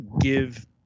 give